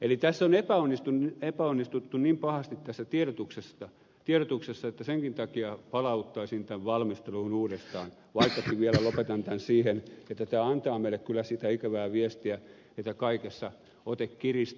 eli tässä on epäonnistuttu niin pahasti tässä tiedotuksessa että senkin takia palauttaisin tämän valmisteluun uudestaan vaikkakin vielä lopetan tämän siihen että tämä antaa kyllä meille sitä ikävää viestiä että kaikessa ote kiristyy